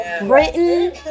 Britain